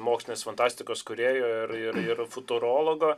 mokslinės fantastikos kūrėjo ir ir ir futurologo